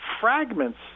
fragments